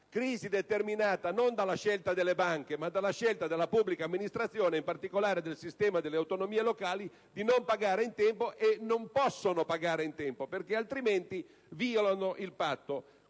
crisi è determinata non dalla scelta delle banche, ma dalla scelta della pubblica amministrazione (in particolare del sistema delle autonomie locali) di non pagare in tempo. Le amministrazioni locali, però, non possono pagare in tempo perché, altrimenti, violano il Patto